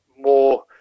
more